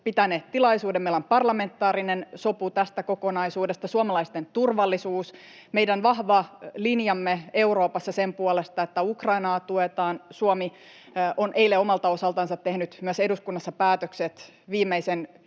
pitäneet tilaisuuden ja meillä on parlamentaarinen sopu tästä kokonaisuudesta, suomalaisten turvallisuus, meidän vahva linjamme Euroopassa sen puolesta, että Ukrainaa tuetaan, ja Suomi on eilen omalta osaltansa tehnyt myös eduskunnassa päätökset ja viimeisen